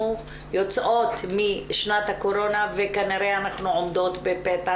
יוצאות משנת הקורונה וכנראה אנחנו עומדות בפתח,